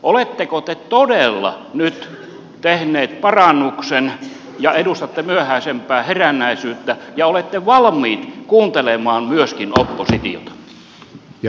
oletteko te todella nyt tehneet parannuksen ja edustatte myöhäisempää herännäisyyttä ja olette valmiit kuuntelemaan myöskin oppositiota